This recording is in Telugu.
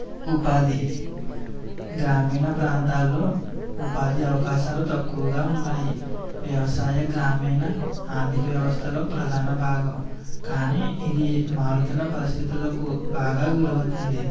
ఉపాధి గ్రామీణ ప్రాంతాలలో ఉపాధి అవకాశాలు తక్కువగా ఉంటాయి వ్యవసాయ గ్రామీణ ఆర్థిక వ్యవస్థలో ప్రధాన భాగం కానీ ఇది మారుతున్న పరిస్థితులకు బాగా గురి అవుతుంది